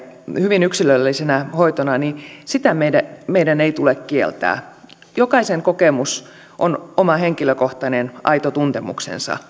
hyvin yksilöllisenä hoitona niin sitä meidän meidän ei tule kieltää jokaisen kokemus on oma henkilökohtainen aito tuntemus